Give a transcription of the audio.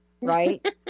right